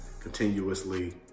continuously